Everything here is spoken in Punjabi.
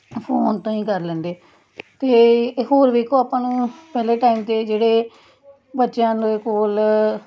ਫੋਨ ਤੋਂ ਹੀ ਕਰ ਲੈਂਦੇ ਅਤੇ ਹੋਰ ਵੇਖੋ ਆਪਾਂ ਨੂੰ ਪਹਿਲੇ ਟਾਈਮ ਦੇ ਜਿਹੜੇ ਬੱਚਿਆਂ ਦੇ ਕੋਲ